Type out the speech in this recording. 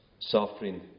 suffering